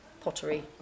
pottery